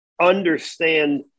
understand